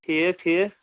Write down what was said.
ٹھیٖک ٹھیٖک